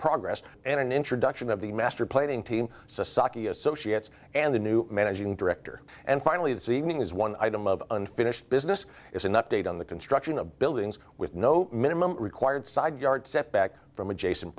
progress and an introduction of the master planning team saki associates and the new managing director and finally this evening as one item of unfinished business is an update on the construction of buildings with no minimum required side yard setback from adjacent